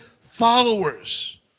followers